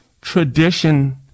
tradition